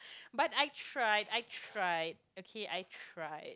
but I tried I tried okay I tried